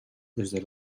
desde